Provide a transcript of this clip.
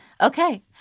Okay